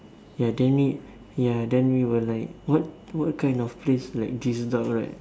ya then we ya then we were like what what kind of place like this dark right